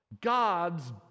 God's